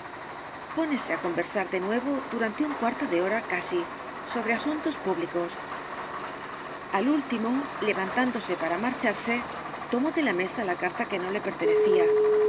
pénese á conversar de nuevo durante u n cuarto de hora casi sobre asuntos públicos al último levantándose p a r a m a r c h a r s e tomó de la mesa la carta que no le pertenecía